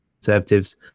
conservatives